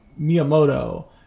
Miyamoto